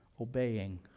obeying